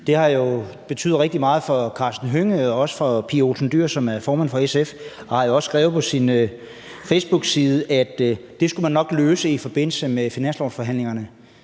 Det har jo betydet rigtig meget for Karsten Hønge og også for Pia Olsen Dyhr, som er formand for SF. Hun har skrevet på sin facebookside, at det skulle man nok løse i forbindelse med finanslovsforhandlingerne.